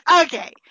okay